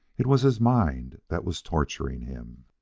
it was his mind that was torturing him.